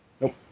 Nope